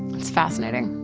that's fascinating.